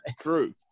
True